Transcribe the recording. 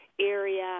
area